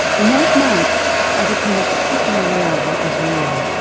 in those months i became acutely aware of what was real,